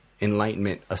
enlightenment